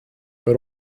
but